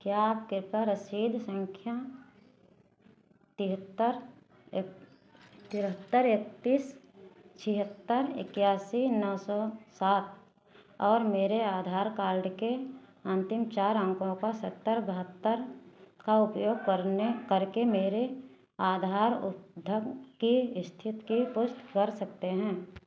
क्या आप कृपया रसीद संख्या तिहत्तर एक तिहत्तर इकतीस छिहत्तर इक्यासी नौ सौ सात और मेरे आधार कार्ड के अंतिम चार अंकों का सत्तर बहत्तर का उपयोग करने करके मेरे आधार उद्ध की स्थिति की पुष्टि कर सकते हैं